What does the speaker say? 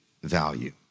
value